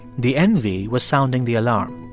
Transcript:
the envy was sounding the alarm.